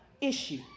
issue